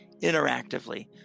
interactively